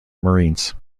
marines